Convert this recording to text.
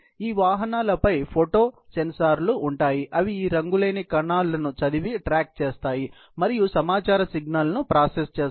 ఈ వాహనాలపై ఫోటో సెన్సార్లు ఉంటాయి అవి ఈ రంగులేని కణాలను చదివి ట్రాక్ చేస్తాయి మరియు సమాచార సిగ్నల్ను ప్రాసెస్ చేస్తాయి